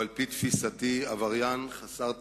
הוא על-פי תפיסתי עבריין חסר תקנה,